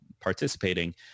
participating